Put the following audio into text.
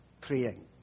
praying